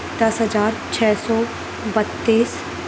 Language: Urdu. دس ہزار چھ سو بتیس